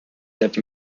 have